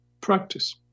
Practice